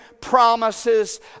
promises